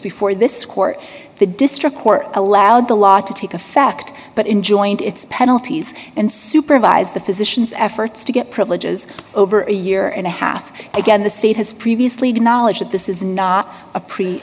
before this court the district court allowed the law to take effect but in joint its penalties and supervise the physicians efforts to get privileges over a year and a half again the state has previously knowledge that this is not a pre